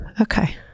Okay